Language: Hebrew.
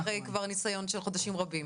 אחרי כבר ניסיון של חודשים רבים.